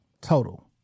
total